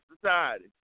society